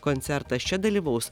koncertas čia dalyvaus